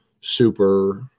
super